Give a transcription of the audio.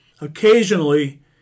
occasionally